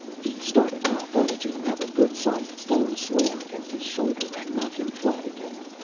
he started up, only to have a good-sized stone slam against his shoulder, and knock him flat again.